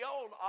old